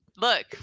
look